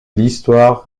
l’histoire